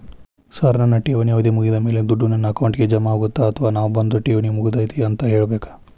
Sir ನನ್ನ ಠೇವಣಿ ಅವಧಿ ಮುಗಿದಮೇಲೆ, ದುಡ್ಡು ನನ್ನ ಅಕೌಂಟ್ಗೆ ಜಮಾ ಆಗುತ್ತ ಅಥವಾ ನಾವ್ ಬಂದು ಠೇವಣಿ ಅವಧಿ ಮುಗದೈತಿ ಅಂತ ಹೇಳಬೇಕ?